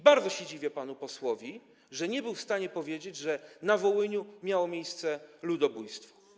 Bardzo się dziwię panu posłowi, że nie był w stanie powiedzieć, że na Wołyniu miało miejsce ludobójstwo.